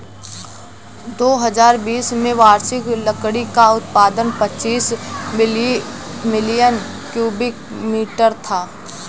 दो हजार बीस में वार्षिक लकड़ी का उत्पादन पचासी मिलियन क्यूबिक मीटर था